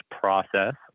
process